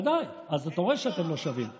ודאי, אז אתה רואה שאתם לא שווים.